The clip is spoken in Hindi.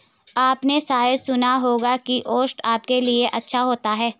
आपने शायद सुना होगा कि ओट्स आपके लिए अच्छे होते हैं